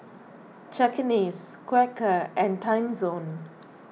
Cakenis Quaker and Timezone